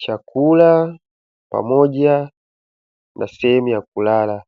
chakula pamoja na sehemu ya kulala.